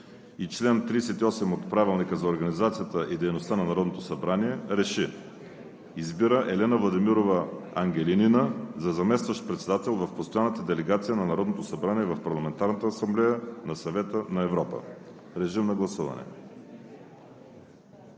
и чл. 38 от Правилника за организацията и дейността на Народното събрание РЕШИ: Избира Елена Владимирова Ангелинина за заместващ председател в Постоянната делегация на Народното събрание в Парламентарната асамблея на Съвета на Европа.“ Режим на гласуване.